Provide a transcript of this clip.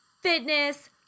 fitness